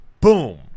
Boom